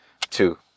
two